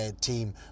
team